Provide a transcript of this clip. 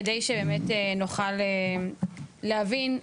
כדי שבאמת נוכל להבין,